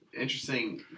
interesting